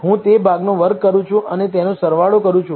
હું તે ભાગનો વર્ગ કરું છું અને તેનો સરવાળો કરું છું